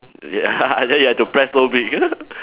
ya and then you have to press so big